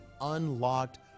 unlocked